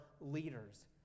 leaders